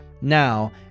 Now